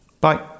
Bye